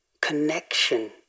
connection